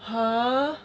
!huh!